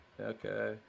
Okay